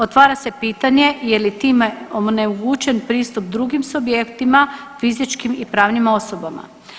Otvara se pitanje je li time onemogućen pristup drugim subjektima, fizičkim i pravnim osobama.